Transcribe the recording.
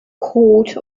court